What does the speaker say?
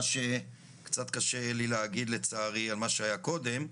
מה שקצת קשה לי להגיד לצערי על מה שהיה קודם.